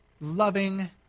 loving